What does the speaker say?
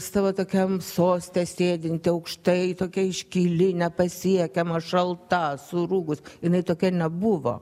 savo tokiam soste sėdinti aukštai tokia iškili nepasiekiama šalta surūgus jinai tokia nebuvo